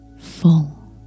full